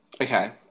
Okay